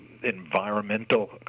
environmental